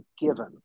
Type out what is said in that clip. given